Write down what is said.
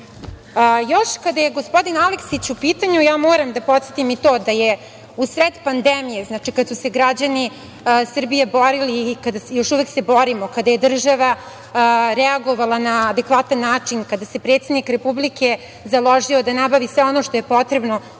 kada je gospodin Aleksić u pitanju, ja moram da podsetim i to da je u sred pandemije, znači kada su se građani Srbije borili i kada se još uvek borimo, kada je država reagovala na adekvatan način, kada se predsednik Republike založio da nabavi sve ono što je potrebno,